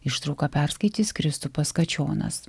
ištrauką perskaitys kristupas kačionas